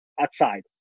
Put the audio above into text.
outside